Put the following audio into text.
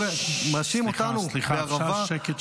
מאשים אותנו בהרעבה,